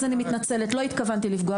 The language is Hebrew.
אז אני באמת מתנצלת, לא התכוונתי לפגוע.